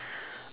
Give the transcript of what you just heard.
um what is it